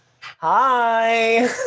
Hi